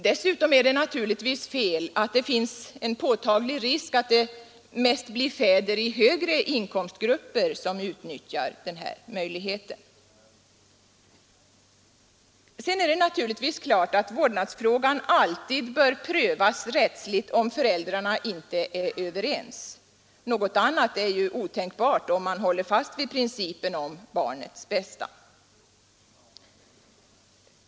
Dessutom är det naturligtvis fel att det finns en påtaglig risk att det mest blir fäder i högre inkomstgrupper som utnyttjar möjligheten. Sedan är det naturligtvis klart att vårdnadsfrågan alltid bör prövas rättsligt om föräldrarna inte är överens. Något annat är otänkbart, om man håller fast vid principen om barnets bästa.